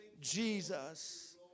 Jesus